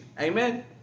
amen